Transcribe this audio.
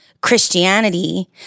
Christianity